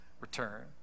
return